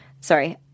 sorry